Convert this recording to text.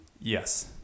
Yes